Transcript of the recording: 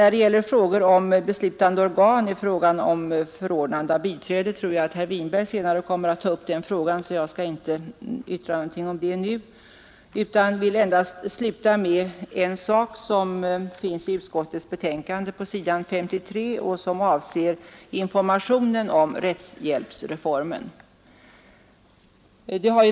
Frågor om beslutande organ för förordnande av biträde kommer senare att beröras av herr Winberg, varför jag nu inte skall ingå på detta ämne. Jag vill sluta med att nämna en sak som finns upptagen på s. 53i justitieutskottets betänkande och som avser informationen om rättshjälpsreformen.